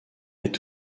est